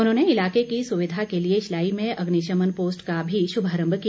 उन्होंने इलाके की सुविधा के लिए शिलाई में अग्निशमन पोस्ट का भी शुभारम्भ किया